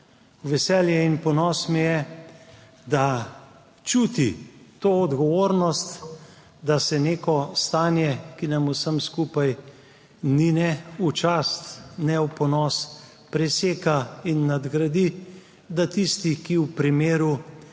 veselje in ponos mi je, da čuti to odgovornost, da se neko stanje, ki nam vsem skupaj ni ne v čast ne v ponos, preseka in nadgradi, da tisti, ki v primeru